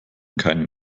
keinen